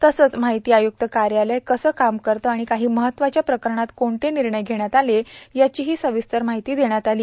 तसेच माहिती आय्क्त कार्यालय कसे काम करते आणि काही महत्त्वाच्या प्रकरणात कोणते निर्णय घेण्यात आले याचीही सविस्तर माहिती देण्यात आली